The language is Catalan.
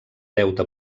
deute